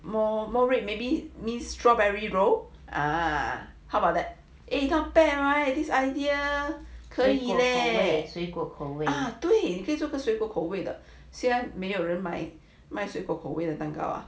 more more red maybe means strawberry roll ah how about that eh right not bad right this idea 可以 leh 水果口味啊对可以水果口味的虽然没有人卖水果味的蛋糕 lah